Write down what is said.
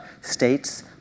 states